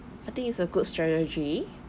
I think it's a good strategy